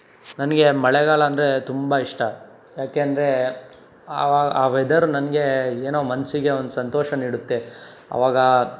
ನನಗೆ ಮಳೆಗಾಲ ಅಂದರೆ ತುಂಬ ಇಷ್ಟ ಯಾಕೆಂದರೆ ಆ ಆ ವೆದರು ನನಗೆ ಏನೋ ಮನಸ್ಸಿಗೆ ಒಂದು ಸಂತೋಷ ನೀಡುತ್ತೆ ಆವಾಗ